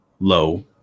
low